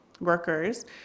Workers